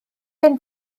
gen